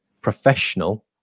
professional